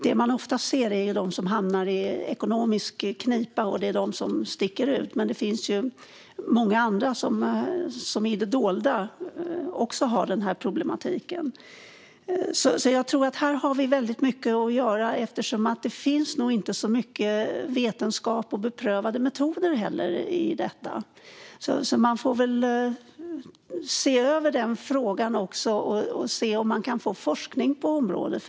De man oftast ser, och som sticker ut, är de som hamnar i ekonomisk knipa, men det finns också många andra som i det dolda har dessa problem. Här finns mycket att göra eftersom det inte heller finns så mycket vetenskap och beprövade metoder framtagna. Man får se över frågan och se om det går att påbörja forskning på området.